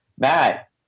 Matt